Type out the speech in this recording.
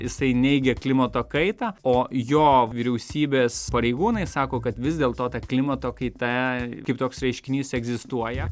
jisai neigia klimato kaitą o jo vyriausybės pareigūnai sako kad vis dėlto ta klimato kaita kaip toks reiškinys egzistuoja